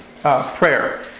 prayer